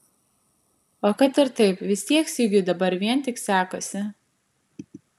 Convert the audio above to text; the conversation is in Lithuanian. o kad ir taip vis tiek sigiui dabar vien tik sekasi